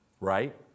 Right